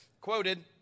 quoted